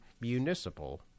Municipal